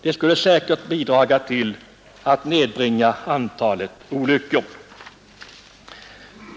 Det skulle säkert bidra till att nedbringa antalet olyckor.